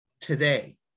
today